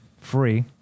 free